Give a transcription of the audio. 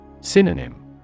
Synonym